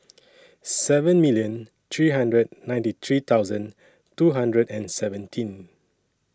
seven million three hundred and ninety three thousand two hundred and seventeen